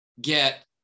get